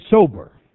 sober